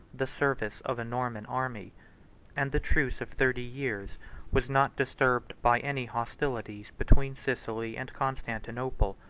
the service of a norman army and the truce of thirty years was not disturbed by any hostilities between sicily and constantinople.